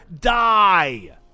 die